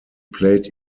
played